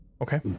okay